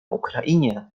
ukrainie